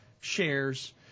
shares